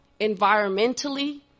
Environmentally